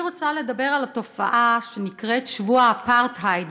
אני רוצה לדבר על התופעה שנקראת "שבוע אפרטהייד",